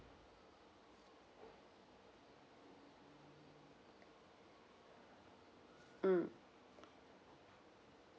mm